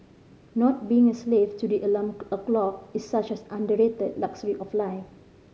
not being a slave to the alarm o'clock is such as underrated luxury of life